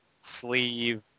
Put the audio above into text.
sleeve